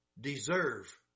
deserve